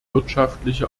wirtschaftliche